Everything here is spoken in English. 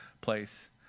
place